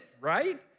right